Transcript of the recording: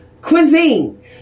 Cuisine